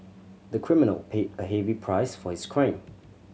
the criminal paid a heavy price for his crime